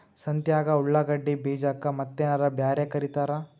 ಸಂತ್ಯಾಗ ಉಳ್ಳಾಗಡ್ಡಿ ಬೀಜಕ್ಕ ಮತ್ತೇನರ ಬ್ಯಾರೆ ಕರಿತಾರ?